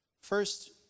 first